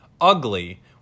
ugly